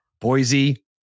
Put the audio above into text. Boise